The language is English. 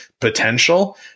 potential